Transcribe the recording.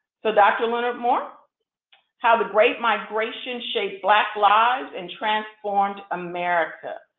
so, dr. leonard moore how the great migration shaped black lives and transformed america.